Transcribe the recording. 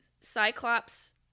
Cyclops